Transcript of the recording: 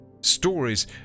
Stories